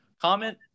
comment